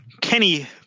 Kenny